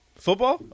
Football